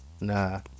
Nah